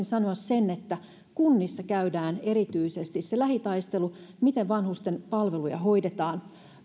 sanoa sen että kunnissa käydään erityisesti se lähitaistelu miten vanhusten palveluja hoidetaan